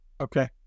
okay